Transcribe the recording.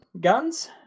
guns